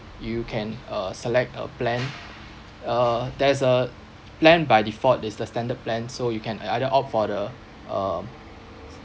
you can uh select a plan uh there's a plan by default is the standard plan so you can ei~ either opt for the um